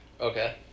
Okay